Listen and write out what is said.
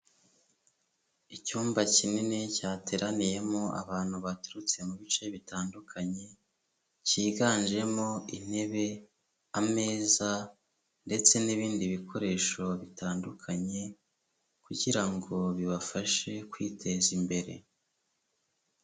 Icyumba kinini cyateraniyemo abantu baturutse mu bice bitandukanye, cyiganjemo intebe ameza ndetse n'ibindi bikoresho bitandukanye, kugira ngo bibafashe kwiteza imbere.